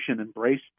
embraced